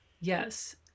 Yes